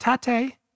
Tate